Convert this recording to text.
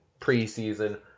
preseason